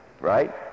right